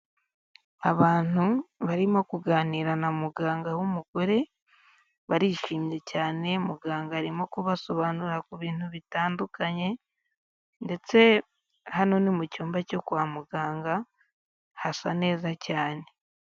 Abantu barimo kuganira na muganga w'umugore barishimye cyane, muganga arimo kubasobanurira ku bintu bitandukanye ndetse hano ni mu cyumba cyo kwa muganga hasa neza cyane.